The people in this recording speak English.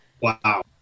Wow